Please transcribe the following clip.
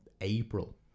april